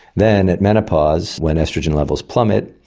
then at menopause when oestrogen levels plummet,